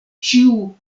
ĉiu